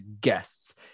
guests